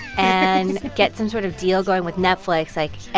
and get some sort of deal going with netflix, like,